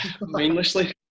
mindlessly